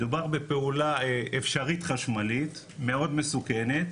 מדובר בפעולה אפשרית חשמלית מאוד מסוכנת,